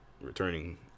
returning